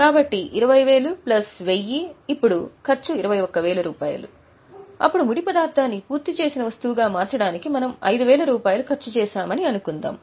కాబట్టి 20000 ప్లస్ 1000 ఇప్పుడు ఖర్చు 21000 అప్పుడు ముడి పదార్థాన్ని పూర్తి చేసిన వస్తువులుగా మార్చడానికి మనము 5000 రూపాయలు ఖర్చు చేశామని అనుకుందాం